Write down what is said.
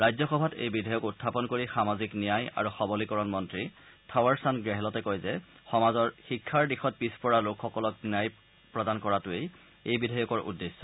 ৰাজ্যসভাত এই বিধেয়ক উখাপন কৰি সামাজিক ন্যায় আৰু সবলীকৰণৰ মন্ত্ৰী থাৱাৰচান্দ গেহলটে কয় যে সমাজৰ শিক্ষাৰ দিশত পিছপৰা লোকসকলক ন্যায় প্ৰদান কৰাটোৱেই এই বিধেয়কৰ উদ্দেশ্য